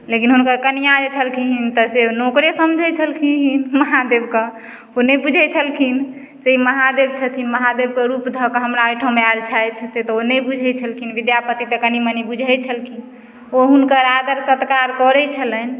लेकिन हुनकर कनियाँ जे छलखिन हुनकर से नौकरे समझय छलखिन महादेवके ओ नहि बुझय छलखिन जे ई महादेव छथिन महादेवके रूप धऽ कऽ हमरा ओइ ठाम आयल छथि से तऽ ओ नहि बुझय छलखिन विद्यापति तऽ कनि मनि बुझय छलखिन ओ हुनकर आदर सत्कार करय छलनि